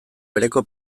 bereko